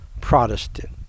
Protestant